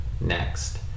next